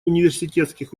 университетских